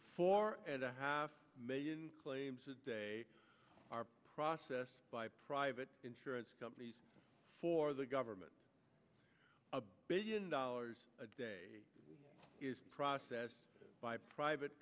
four and a half million claims a day are processed by private insurance companies for the government a billion dollars a day is processed by private